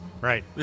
Right